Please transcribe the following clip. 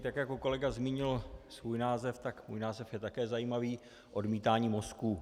Tak jako kolega zmínil svůj název, tak můj název je také zajímavý: odmítání mozků.